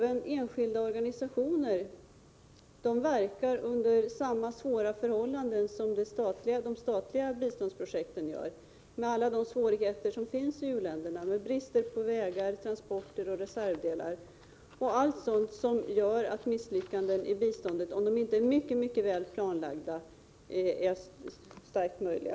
Enskilda organisationer verkar under samma svåra förhållanden som de statliga biståndsprojekten, med alla de svårigheter som finns i u-länderna, med brister i fråga om vägar, transporter och reservdelar — allt det som gör att misslyckanden med biståndet, om det inte är mycket väl planlagt, är möjliga.